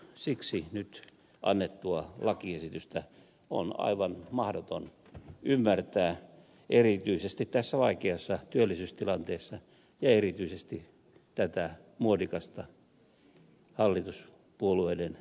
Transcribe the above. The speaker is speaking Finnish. siksi nyt annettua lakiesitystä on aivan mahdoton ymmärtää erityisesti tässä vaikeassa työllisyystilanteessa ja erityisesti tätä muodikasta hallituspuolueiden retoriikkaa vasten